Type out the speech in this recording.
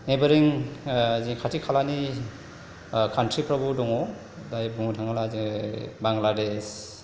ओरैबायदि जि खाथि खालानि कान्ट्रिफ्रावबो दङ बुंनो थाङोब्ला जोङो बांलादेश